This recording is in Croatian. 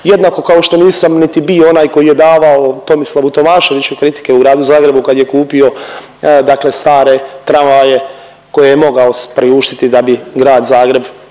Jednako kao što nisam niti bio onaj koji je davao Tomislavu Tomaševiću kritike u Gradu Zagrebu kad je kupio dakle stare tramvaje koje je mogao si priuštiti da bi Grad Zagreb popunio